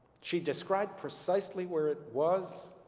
she described precisely where it was,